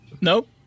Nope